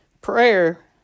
prayer